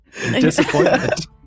Disappointment